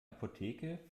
apotheke